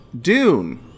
Dune